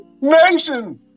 Nation